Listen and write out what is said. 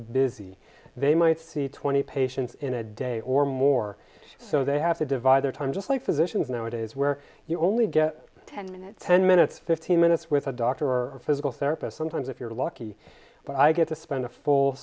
busy they might see twenty patients in a day or more so they have to divide their time just like physicians nowadays where you only get ten minutes ten minutes fifteen minutes with a doctor or physical therapist sometimes if you're lucky but i get to spend a full